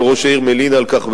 וראש העיר מלין על כך,